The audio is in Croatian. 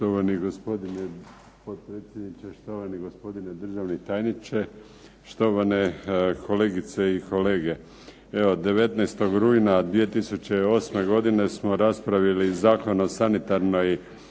Štovani gospodine potpredsjedniče, štovani gospodine državni tajniče, štovane kolegice i kolege. Evo 19. rujna 2008. godine smo raspravili Zakon o sanitarnoj